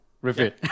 repeat